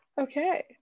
Okay